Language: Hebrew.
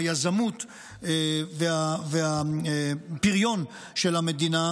היזמות והפריון של המדינה